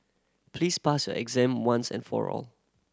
please pass your exam once and for all